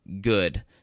Good